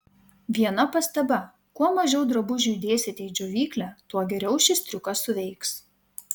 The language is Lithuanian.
viena pastaba kuo mažiau drabužių įdėsite į džiovyklę tuo geriau šis triukas suveiks